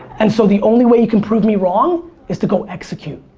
and so the only way you can prove me wrong is to go execute.